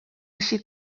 així